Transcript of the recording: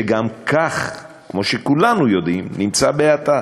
שגם כך, כמו שכולנו יודעים, נמצא בהאטה.